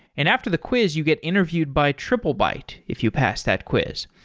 and after the quiz you get interviewed by triplebyte if you pass that quiz.